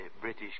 British